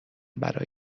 برای